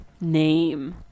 name